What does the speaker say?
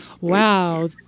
Wow